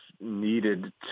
needed